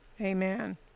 Amen